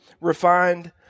refined